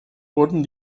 wurden